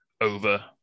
over